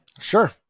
sure